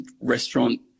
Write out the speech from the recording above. restaurant